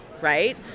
right